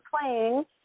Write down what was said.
playing